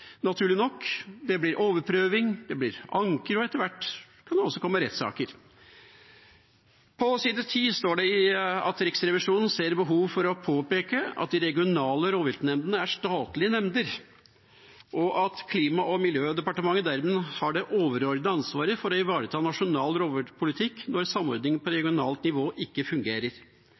naturlig nok. Det blir overprøvinger, det blir anker, og etter hvert kan det også komme rettssaker. På side 10 i Riksrevisjonens rapport står det at Riksrevisjonen ser behov for å «påpeke at de regionale rovviltnemndene er statlige nemnder, og at Klima- og miljødepartementet dermed har det overordnede ansvaret for å ivareta nasjonal rovviltpolitikk når samordningen på regionalt nivå ikke fungerer.»